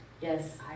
Yes